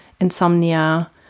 insomnia